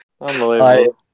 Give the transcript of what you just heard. unbelievable